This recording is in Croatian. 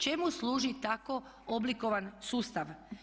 Čemu služi tako oblikovan sustav?